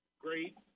great